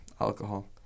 alcohol